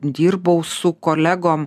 dirbau su kolegom